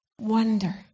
Wonder